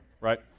right